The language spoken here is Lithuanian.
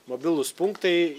mobilūs punktai